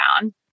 down